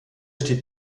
steht